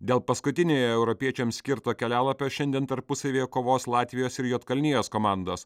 dėl paskutiniojo europiečiams skirto kelialapio šiandien tarpusavyje kovos latvijos ir juodkalnijos komandos